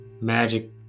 magic